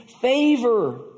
favor